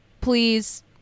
Please